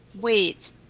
wait